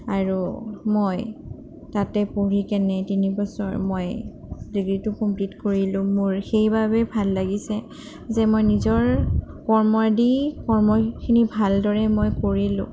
আৰু মই তাতে পঢ়িকেনে তিনিবছৰ মই ডিগ্ৰিটো কমপ্লিট কৰিলোঁ মোৰ সেইবাবে ভাল লাগিছে যে মই নিজৰ কৰ্মই দি কৰ্মখিনি ভালদৰে মই কৰিলোঁ